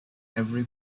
every